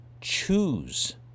choose